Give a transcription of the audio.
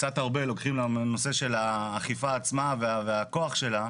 הרבה לוקחים לה מהנושא של האכיפה עצמה והכוח שלה.